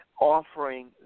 offering